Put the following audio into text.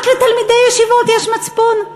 רק לתלמידי ישיבות יש מצפון?